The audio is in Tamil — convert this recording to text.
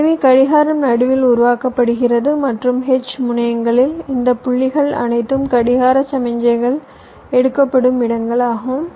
எனவே கடிகாரம் நடுவில் உருவாக்கப்படுகிறது மற்றும் H முனையங்களில் இந்த புள்ளிகள் அனைத்தும் கடிகார சமிக்ஞைகள் எடுக்கப்படும் இடங்களாகும்